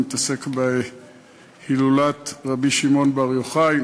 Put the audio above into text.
הוא מתעסק בהילולת רבי שמעון בר יוחאי.